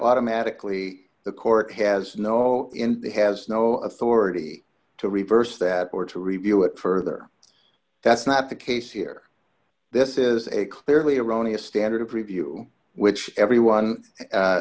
automatically the court has no in the has no authority to reverse that or to review it further that's not the case here this is a clearly erroneous standard of review which everyone